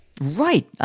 Right